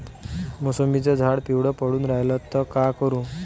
मोसंबीचं झाड पिवळं पडून रायलं त का करू?